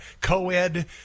co-ed